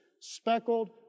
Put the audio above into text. Speckled